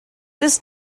this